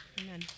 Amen